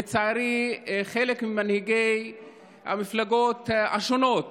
לצערי, חלק ממנהיגי המפלגות השונות